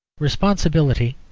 responsibility,